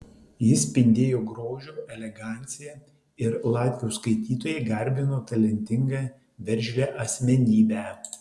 ji spindėjo grožiu elegancija ir latvių skaitytojai garbino talentingą veržlią asmenybę